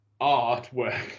artwork